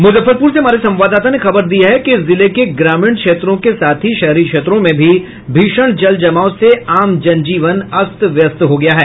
मुजफ्फरपुर से हमारे संवाददाता ने खबर दी है कि जिले के ग्रामीण क्षेत्रों के साथ ही शहरी क्षेत्रों में भी भीषण जलजमाव से आम जनजीवन अस्त व्यस्त हो गया है